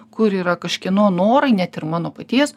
kur yra kažkieno norai net ir mano paties